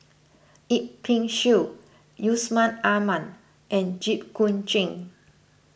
Yip Pin Xiu Yusman Aman and Jit Koon Ch'ng